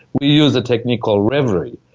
we use a technique called reverie,